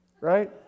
right